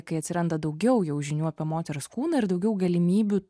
kai atsiranda daugiau jau žinių apie moters kūną ir daugiau galimybių